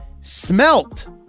Smelt